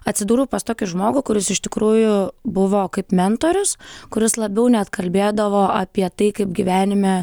atsidūriau pas tokį žmogų kuris iš tikrųjų buvo kaip mentorius kuris labiau net kalbėdavo apie tai kaip gyvenime